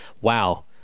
wow